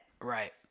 Right